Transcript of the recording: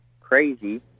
crazy